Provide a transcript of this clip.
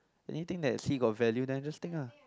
anything that I see got value then I just take ah